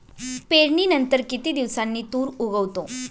पेरणीनंतर किती दिवसांनी तूर उगवतो?